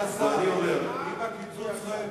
יש לי הסכמה מלאה עם דברי השר.